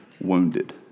wounded